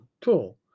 Tool